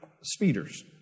speeders